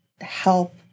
help